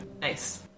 Nice